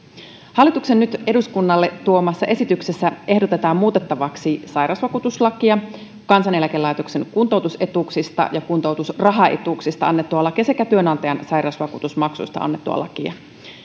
hallituksen nyt eduskunnalle tuomassa esityksessä ehdotetaan muutettavaksi sairausvakuutuslakia kansaneläkelaitoksen kuntoutusetuuksista ja kuntoutusrahaetuuksista annettua lakia sekä työnantajan sairausvakuutusmaksuista annettua lakia